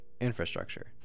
infrastructure